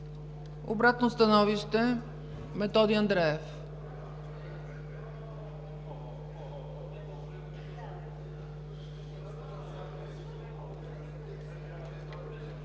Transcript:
Обратно становище? Методи Андреев.